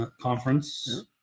Conference